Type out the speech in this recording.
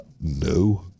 no